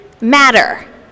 matter